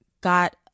Got